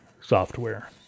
software